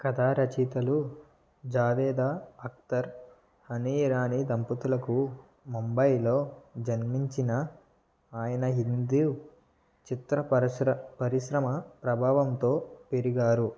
కథా రచయితలు జావేద్ అక్తర్ హనీ ఇరానీ దంపతులకు ముంబైలో జన్మించిన ఆయన హిందీ చిత్ర పరిశ్ర పరిశ్రమ ప్రభావంతో పెరిగారు